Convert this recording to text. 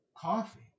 coffee